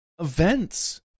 events